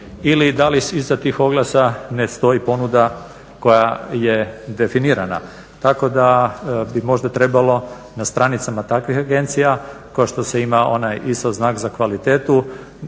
ili da li iza tih oglasa ne stoji ponuda koja je definirana. Tako da bi možda trebalo na stranicama takvih agencija, kao što ima onaj isto znak za kvalitetu,